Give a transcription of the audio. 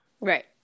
Right